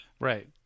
Right